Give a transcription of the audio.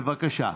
בבקשה.